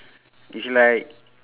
it's like